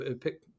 pick